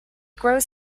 grows